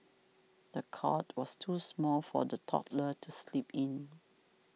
the cot was too small for the toddler to sleep in